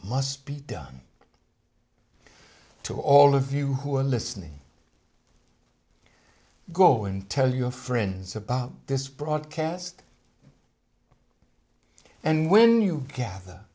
must be done to all of you who are listening go and tell your friends about this broadcast and when you gather